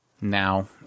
Now